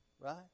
right